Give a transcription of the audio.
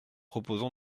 proposons